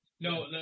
No